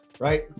right